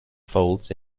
folds